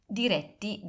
diretti